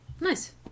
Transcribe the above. nice